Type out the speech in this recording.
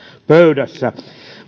pöydässä